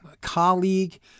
colleague